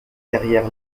derrière